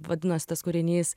vadinasi tas kūrinys